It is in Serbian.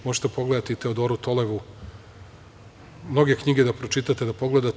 Možete da pogledate i Teodoru Tolevu, mnoge knjige da pročitate, da pogledate.